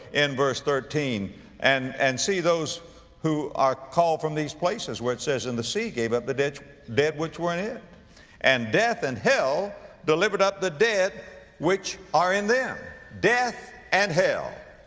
in verse thirteen and, and see those who are called from these places. where it says, and the sea gave up the dead dead which were in it and death and hell delivered up the dead which are in them. death and hell,